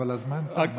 אבל הזמן תם.